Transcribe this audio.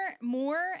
more